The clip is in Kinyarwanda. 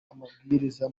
amabwiriza